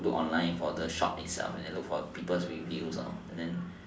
look online for the shop itself and look for people reviews and then